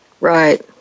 right